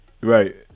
Right